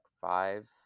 five